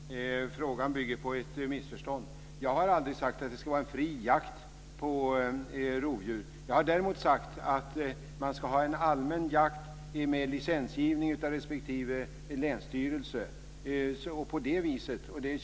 Fru talman! Frågan bygger på ett missförstånd. Jag har aldrig sagt att det ska vara en fri jakt på rovdjur. Däremot har jag sagt att man ska ha en allmän jakt med licensgivning av respektive länsstyrelse.